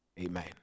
Amen